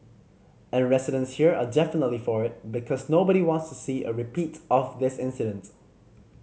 and residents here are definitely for it because nobody wants to see a repeat of this incident